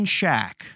Shack